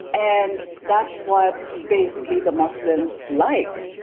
and that's what basically the muslims liked.